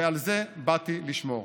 ועל זה באתי לשמור.